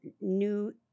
new